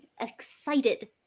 excited